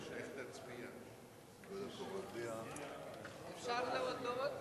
חוק שיקים ללא כיסוי